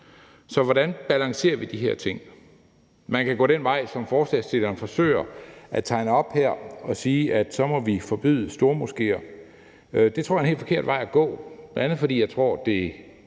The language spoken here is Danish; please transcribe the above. Så hvordan balancerer vi de her ting? Man kan gå den vej, som forslagsstillerne forsøger at tegne op her, og sige, at så må vi forbyde stormoskéer. Det tror jeg er en helt forkert vej at gå, bl.a. fordi jeg tror, det er